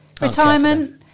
Retirement